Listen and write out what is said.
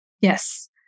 Yes